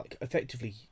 effectively